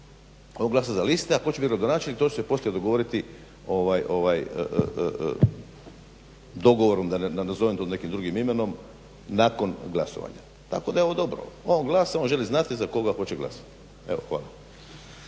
On glasa za liste, a tko će biti gradonačelnik to će se poslije dogovoriti dogovorom, da ne nazovem to nekim drugim imenom, nakon glasovanja. Tako da je ovo dobro. On glasa, on želi znati za koga hoće glasati. Evo, hvala.